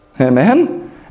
Amen